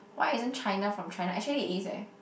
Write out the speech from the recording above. why isn't China from China actually it is eh